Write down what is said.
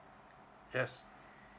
yes